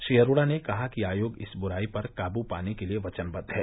श्री अरोड़ा ने कहा कि आयोग इस बुराई पर काबू पाने के लिए वचनबद्व है